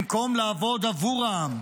במקום לעבוד עבור העם,